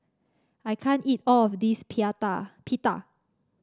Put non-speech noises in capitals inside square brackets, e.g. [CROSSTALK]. I can't eat all of this [UNINTELLIGIBLE] Pita